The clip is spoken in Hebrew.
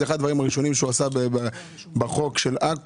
זה אחד הדברים הראשונים שהוא עשה בחוק עכו.